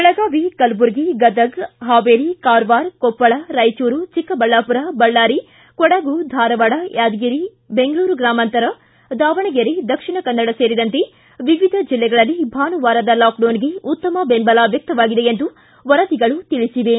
ಬೆಳಗಾವಿ ಕಲಬುರ್ಗಿ ಗದಗ್ ಹಾವೇರಿ ಕಾರವಾರ ಕೊಪ್ಪಳ ರಾಯಚೂರು ಚಿಕ್ಕಬಳ್ಯಾಮರ ಬಳ್ಳಾರಿ ಕೊಡಗು ಧಾರವಾಡ ಯಾದಗಿರಿ ಬೆಂಗಳೂರು ಗ್ರಾಮಾಂತರ ದಾವಣಗೆರೆ ದಕ್ಷಿಣ ಕನ್ನಡ ಸೇರಿದಂತೆ ವಿವಿಧ ಜಿಲ್ಲೆಗಳಲ್ಲಿ ಭಾನುವಾರದ ಲಾಕ್ಡೌನ್ಗೆ ಉತ್ತಮ ಬೆಂಬಲ ವ್ಯಕ್ತವಾಗಿದೆ ಎಂದು ವರದಿಗಳು ತಿಳಿಸಿವೆ